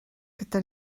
gyda